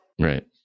right